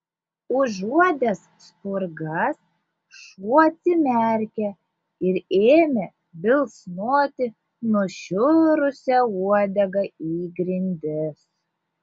užuodęs spurgas šuo atsimerkė ir ėmė bilsnoti nušiurusia uodega į grindis